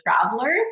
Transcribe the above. travelers